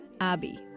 Abby